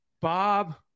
Bob